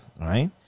right